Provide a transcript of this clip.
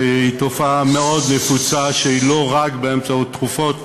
שהיא תופעה מאוד נפוצה, לא רק באמצעות תרופות,